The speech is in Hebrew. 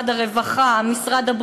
משרד הרווחה,